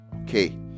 Okay